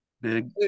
big